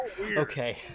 okay